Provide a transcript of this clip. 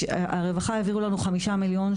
הרווחה העבירו לנו חמישה מיליון,